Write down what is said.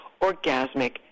orgasmic